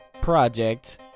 Project